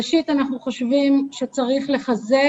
ראשית, אנחנו חושבים שצריך לחזק